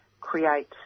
create